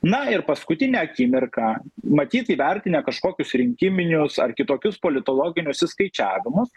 na ir paskutinę akimirką matyt įvertinę kažkokius rinkiminius ar kitokius politologinius išskaičiavimus